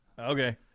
okay